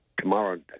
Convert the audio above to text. tomorrow